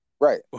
Right